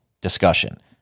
discussion